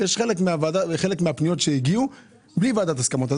חלק מהפניות הגיעו בלי ועדת הסכמות,